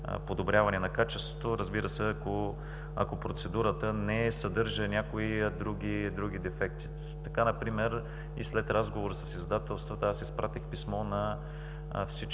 подобряване на качеството. Разбира се, ако процедурата не съдържа някои други дефекти. Така например и след разговор с издателствата, изпратих писмо на всички